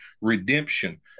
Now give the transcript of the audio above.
redemption